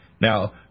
Now